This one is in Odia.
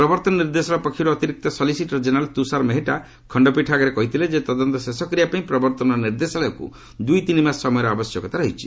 ପ୍ରବର୍ତ୍ତନ ନିର୍ଦ୍ଦେଶାଳୟ ପକ୍ଷରୁ ଅତିରିକ୍ତ ସଲିସିଟର ଜେନେରାଲ ତୁଷାର ମେହେଟା ଖଣ୍ଡପୀଠ ଆଗରେ କହିଥିଲେ ଯେ ତଦନ୍ତ ଶେଷ କରିବା ପାଇଁ ପ୍ରବର୍ତ୍ତନ ନିର୍ଦ୍ଦେଶାଳୟକୁ ଦୁଇତିନିମାସ ସମୟର ଆବଶ୍ୟକ ରହିଛି